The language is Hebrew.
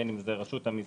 בין אם זה רשות המסים,